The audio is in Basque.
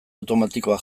automatikoa